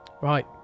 Right